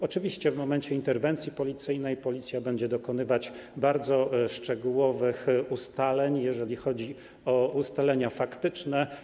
Oczywiście w momencie interwencji Policja będzie dokonywać bardzo szczegółowych ustaleń, jeżeli chodzi o ustalenia faktyczne.